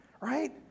right